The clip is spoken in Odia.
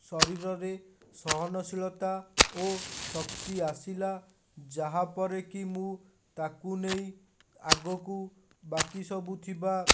ଶରୀରରେ ସହନଶୀଳତା ଓ ଶକ୍ତି ଆସିଲା ଯାହାପରେକି ମୁଁ ତାକୁ ନେଇ ଆଗକୁ ବାକି ସବୁ ଥିବା